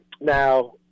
Now